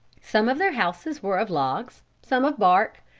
some of their houses were of logs, some of bark,